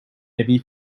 heavy